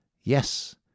Yes